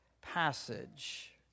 passage